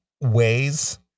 ways